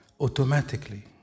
automatically